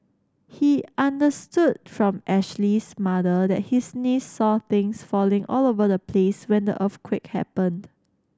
he understood from Ashley's mother that his niece saw things falling all over the place when the earthquake happened